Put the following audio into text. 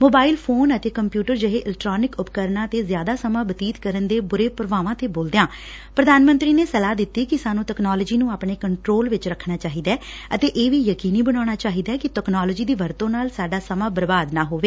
mobile phone ਅਤੇ computer ਜਿਹੇ electronic ਉਪਕਰਨਾ ਤੇ ਜ਼ਿਆਦਾ ਸਮਾ ਬਤੀਤ ਕਰਨ ਦੇ ਬੂਰੇ ਪ੍ਰਭਾਵਾਂ ਤੇ ਬੋਲਦਿਆਂ ਪ੍ਰਧਾਨ ਮੰਤਰੀ ਨੇ ਸਲਾਹ ਦਿੱਤੀ ਕਿ ਸਾਨੂੰ ਤਕਨਾਲੋਜੀ ਨੂੰ ਆਪਣੇ ਕੰਟਰੋਲ ਚ ਰੱਖਣਾ ਚਾਹੀਦੈ ਅਤੇ ਇਹ ਵੀ ਯਕੀਨੀ ਬਣਾਉਣਾ ਚਾਹੀਦੈ ਕਿ ਤਕਨਾਲੋਜੀ ਦੀ ਵਰਤੋਂ ਨਾਲ ਸਾਡਾ ਸਮਾ ਬਰਬਾਦ ਨਾ ਹੋਵੇ